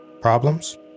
problems